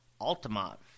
Altamont